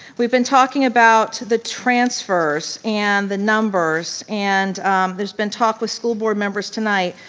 we've been talking about the transfers and the numbers and there's been talk with school board members tonight.